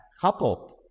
coupled